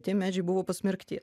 tie medžiai buvo pasmerkti